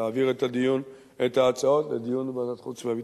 להעביר את ההצעות לדיון בוועדת החוץ והביטחון.